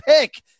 pick